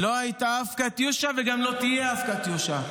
לא הייתה אף קטיושה וגם לא תהיה אף קטיושה.